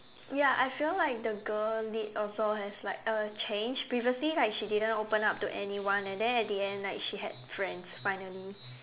ya I felt like the girl lead also has like uh changed previously like she didn't open up to anyone and then at the end like she had friends finally